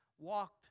walked